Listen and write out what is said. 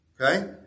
Okay